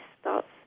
starts